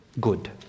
good